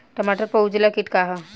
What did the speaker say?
टमाटर पर उजला किट का है?